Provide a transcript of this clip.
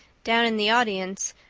down in the audience,